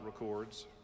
records